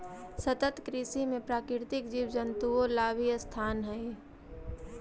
सतत कृषि में प्राकृतिक जीव जंतुओं ला भी स्थान हई